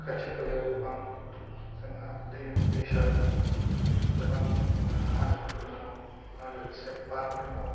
खाथि खालायाव गोबां जोंहा दै दैसा दङ गोबां हाजोफोर दङ आरो लोगोसे बार दङ